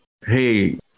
hey